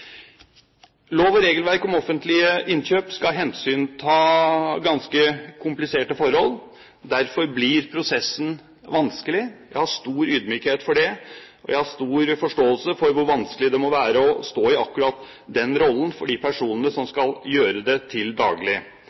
Lov og regelverk om offentlige innkjøp skal hensynta ganske kompliserte forhold. Derfor blir prosessen vanskelig. Jeg har stor ydmykhet overfor det, og jeg har stor forståelse for hvor vanskelig det må være å stå i akkurat den rollen for de personene som skal gjøre det til daglig.